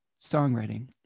songwriting